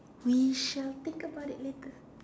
we shall think about it later